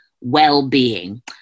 well-being